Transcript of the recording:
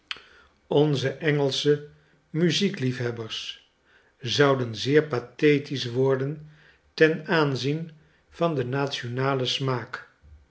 onze engelsche muziekliefhebbers zouden zeer pathetisch worden ten aanzien van den nationalen smaak